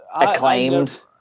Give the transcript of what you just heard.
acclaimed